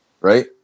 right